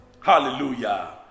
Hallelujah